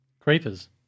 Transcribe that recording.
Creepers